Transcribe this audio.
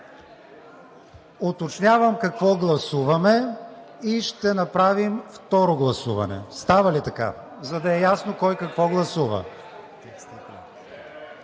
Уточнявам какво гласуваме и ще направим второ гласуване. Става ли така? За да е ясно кой какво гласува.